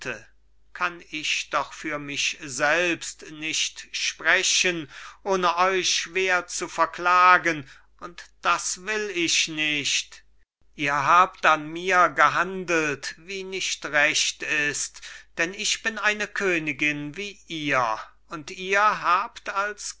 kann ich doch für mich selbst nicht sprechen ohne euch schwer zu verklagen und das will ich nicht ihr habt an mir gehandelt wie nicht recht ist denn ich bin eine königin wie ihr und ihr habt als